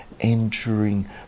entering